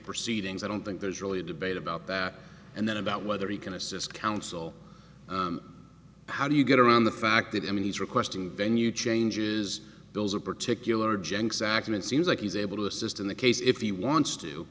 proceedings i don't think there's really a debate about that and then about whether he can assist counsel how do you get around the fact that i mean he's requesting venue changes those are particular jencks actually it seems like he's able to assist in the case if he wants to